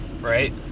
right